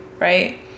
right